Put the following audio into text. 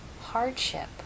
hardship